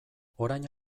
orain